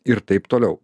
ir taip toliau